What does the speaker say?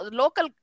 local